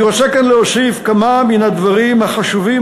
אני רוצה כאן להוסיף כמה מן הדברים החשובים,